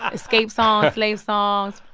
escape songs, slave songs.